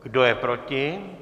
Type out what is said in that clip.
Kdo je proti?